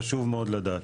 חשוב מאוד לדעת,